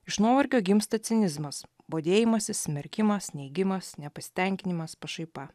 iš nuovargio gimsta cinizmas bodėjimasis smerkimas neigimas nepasitenkinimas pašaipa